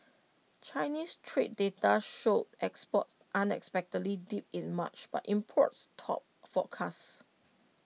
Chinese trade data showed exports unexpectedly dipped in March but imports topped forecasts